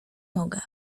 mogę